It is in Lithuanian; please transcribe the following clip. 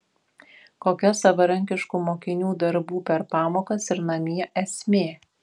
kokia savarankiškų mokinių darbų per pamokas ir namie esmė